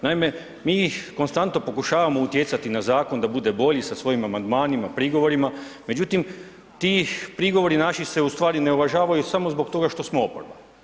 Naime, mi ih konstantno pokušavamo utjecati na zakon da bude bolji, sa svojim amandmanima, prigovorima, međutim, ti prigovori naši se ustvari ne uvažavaju samo zbog toga što smo oporba.